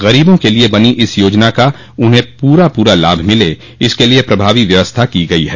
गरीबों के लिए बनी इस याजना का उन्हें पूरा पूरा लाभ मिले इसके लिए प्रभावी व्यवस्था की गयी है